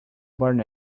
burn